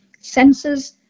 senses